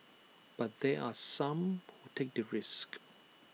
but there are some who take the risk